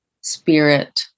spirit